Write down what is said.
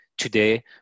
today